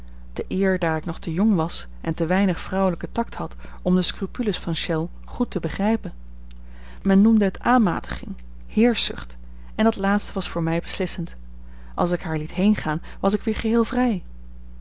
te eer daar ik nog te jong was en te weinig vrouwelijken tact had om de scrupules van chelles goed te begrijpen men noemde het aanmatiging heerschzucht en dat laatste was voor mij beslissend als ik haar liet heengaan was ik weer geheel vrij